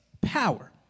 power